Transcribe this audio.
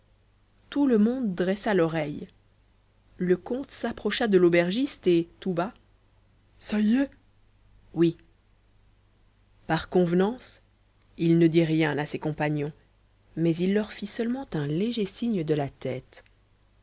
tout le monde dressa l'oreille le comte s'approcha de l'aubergiste et tout bas ça y est oui par convenance il ne dit rien à ses compagnons mais il leur fit seulement un léger signe de la tête